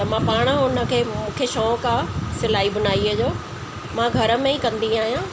त मां पाण उनखे मूंखे शौंक़ु आहे सिलाई बुनाईअ जो मां घर में ई कंदी आहियां